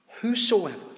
Whosoever